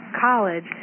college